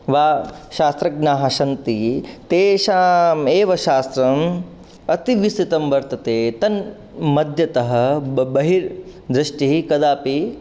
वा शास्त्रज्ञाः सन्ति तेषाम् एव शास्त्रम् अतिविस्तृतं वर्तते तन् मध्यतः बहिः दृष्टिः कदापि